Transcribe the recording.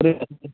புரியல